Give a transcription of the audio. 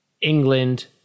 England